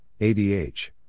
ADH